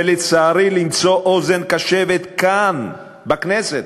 ולצערי למצוא אוזן קשבת כאן, בכנסת,